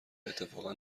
اتفاقا